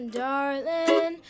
darling